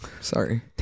Sorry